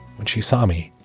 when she saw me?